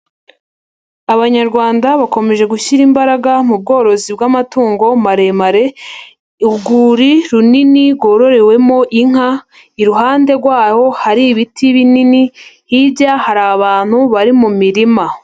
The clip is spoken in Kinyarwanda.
Abanyarwanda bakomeje gushyira imbaraga mu bworozi bw'amatungo maremare, urwuri runini rwororewemo inka, iruhande rwaho hari ibiti binini, hirya hari abantu bari mu mirima.